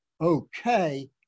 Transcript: okay